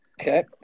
Okay